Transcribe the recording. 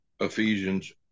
Ephesians